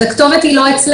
אז הכתובת היא לא אצלנו.